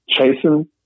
Chasing